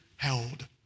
Held